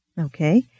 Okay